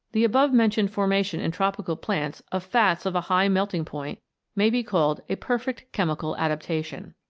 the above mentioned formation in tropical plants of fats of a high melting-point may be called a perfect chemical adaptation.